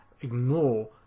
ignore